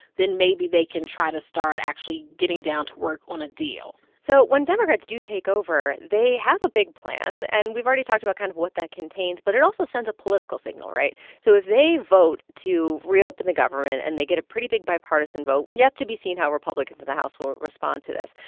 then maybe they can try to start actually getting down to work on a deal so when democrats do take over, they have a big plan. and we've already talked about kind of what that contains. but it also sends a political signal, right? so if they vote to reopen the government and they get a pretty big bipartisan vote, yet to be seen how republicans in the house will respond to this.